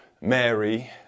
Mary